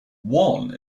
one